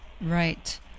Right